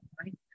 right